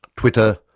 twitter,